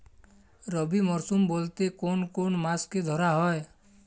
রবি মরশুম বলতে কোন কোন মাসকে ধরা হয়?